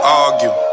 argue